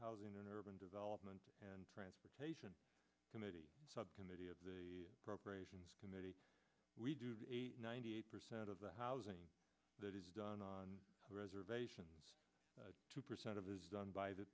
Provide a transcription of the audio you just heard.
housing and urban development and transportation committee subcommittee of the appropriations committee we do ninety eight percent of the housing that is done on reservations two percent of those done by the